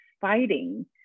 fighting